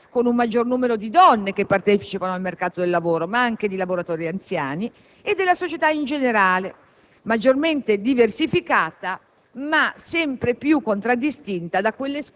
(maggiormente diversificate della popolazione attiva (che oggi è cambiata, con un maggior numero di donne che partecipano al mercato del lavoro, ma anche di lavoratori anziani) e della società in generale,